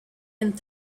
and